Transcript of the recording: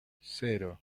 cero